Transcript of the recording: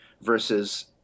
versus